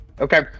Okay